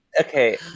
okay